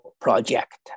project